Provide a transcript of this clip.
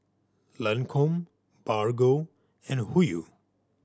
Lancome Bargo and Hoyu